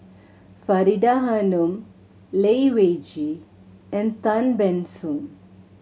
Faridah Hanum Lai Weijie and Tan Ban Soon